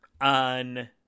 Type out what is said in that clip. on